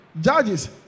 Judges